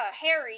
Harry